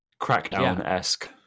Crackdown-esque